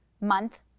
month